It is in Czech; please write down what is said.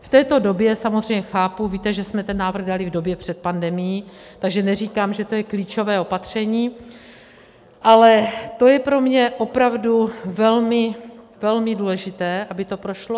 V této době, samozřejmě chápu, víte, že jsme ten návrh dali v době před pandemií, takže neříkám, že to je klíčové opatření, ale to je pro mě opravdu velmi, velmi důležité, aby to prošlo.